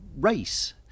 race